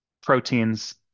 proteins